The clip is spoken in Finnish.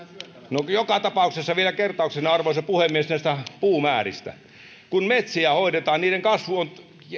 no joka tapauksessa vielä kertauksena arvoisa puhemies näistä puumääristä kun metsiä hoidetaan niiden kasvu on